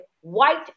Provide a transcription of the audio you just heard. white